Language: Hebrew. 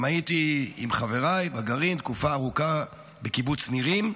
גם הייתי עם חבריי בגרעין תקופה ארוכה בקיבוץ נירים.